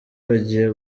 agiye